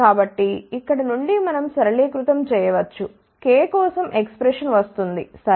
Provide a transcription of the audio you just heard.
కాబట్టి ఇక్కడ నుండి మనం సరళీకృతం చేయ వచ్చు k కోసం ఎక్స్ప్రెషన్ వస్తుంది సరే